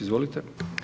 Izvolite.